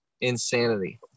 insanity